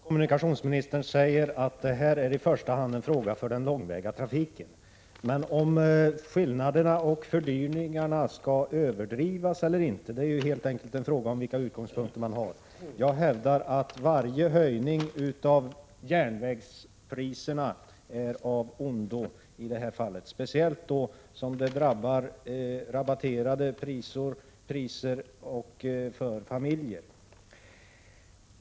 Herr talman! Det är alldeles riktigt som kommunikationsministern säger, att det här är i första hand en fråga för den långväga trafiken. Men om skillnaderna och fördyringarna överdrivs eller inte är helt enkelt en fråga om vilka utgångspunkter man har. Jag hävdar att varje höjning av järnvägspriserna är av ondo i det här fallet, speciellt som det drabbar rabatterade priser och resor för familjer.